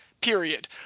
period